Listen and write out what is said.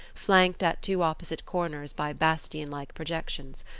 flanked at two opposite corners by bastion-like projections,